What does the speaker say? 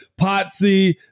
Potsy